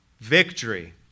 Victory